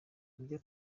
ibyo